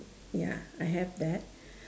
ya I have that